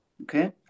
Okay